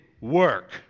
work